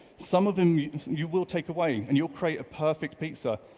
some of them you will take away and you'll create a perfect pizza,